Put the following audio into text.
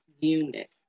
unit